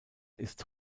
ist